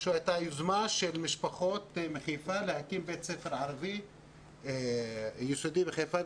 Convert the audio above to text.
זו הייתה יוזמה של משפחות מחיפה להקים בית ספר ערבי יסודי בחיפה.